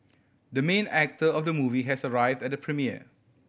the main actor of the movie has arrived at the premiere